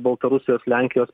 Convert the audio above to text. baltarusijos lenkijos